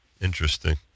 Interesting